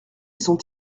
sont